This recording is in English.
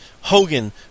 Hogan